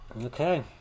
Okay